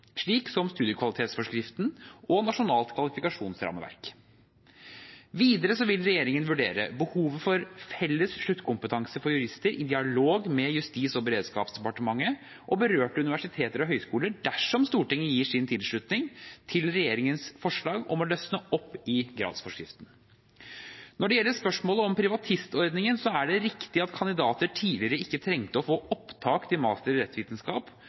slik som studiekvalitetsforskriften og Nasjonalt kvalifikasjonsrammeverk. Videre vil regjeringen vurdere behovet for felles sluttkompetanse for jurister i dialog med Justis- og beredskapsdepartementet og berørte universiteter og høyskoler dersom Stortinget gir sin tilslutning til regjeringens forslag om å løsne opp i gradsforskriften. Når det gjelder spørsmålet om privatistordningen, er det riktig at kandidater tidligere ikke trengte å få opptak til master i rettsvitenskap,